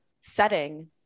setting